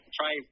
try